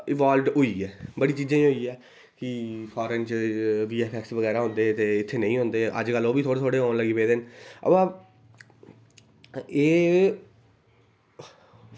involved होई ऐ बड़ी चीजें होई ऐ कि फारन च वी एफ ऐक्स बगैरा होंदे ते इत्थे नेईं होंदे अज्जकल ओह् बी थोह्ड़े थोह्ड़े औन लगी पेदे न अवा एह्